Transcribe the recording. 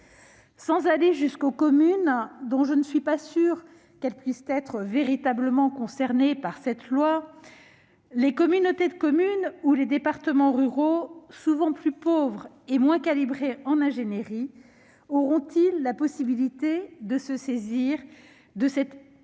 Sans aller jusqu'aux communes, dont je ne suis pas certaine qu'elles puissent être véritablement concernées par le projet de loi organique, les communautés de communes ou les départements ruraux, souvent plus pauvres et moins calibrés en ingénierie, auront-ils la possibilité de se saisir de cette opportunité